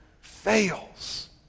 fails